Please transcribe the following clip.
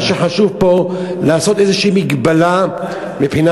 מה שחשוב פה זה לעשות איזושהי מגבלה מבחינה